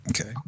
okay